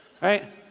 Right